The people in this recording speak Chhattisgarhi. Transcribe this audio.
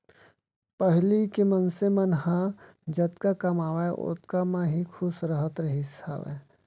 पहिली के मनसे मन ह जतका कमावय ओतका म ही खुस रहत रहिस हावय